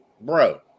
bro